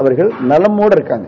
அவர்கள் நலமோடு இருக்கிறார்கள்